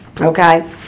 Okay